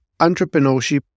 entrepreneurship